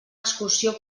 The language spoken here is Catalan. excursió